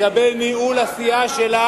דני,